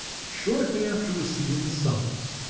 shortly after receiving the summons,